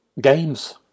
Games